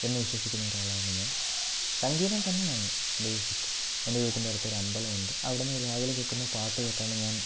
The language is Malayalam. എന്ന് വിശ്വസിക്കുന്ന ഒരാളാണ് ഞാൻ സംഗീതം തന്നെയാണ് ബേസിക് എൻ്റെ വീട്ടിൻ്റെ അടുത്തൊരമ്പലം ഉണ്ട് അവിടെനിന്ന് രാവിലെ കേൾക്കുന്ന പാട്ട് തൊട്ടാണ് ഞാൻ